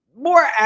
more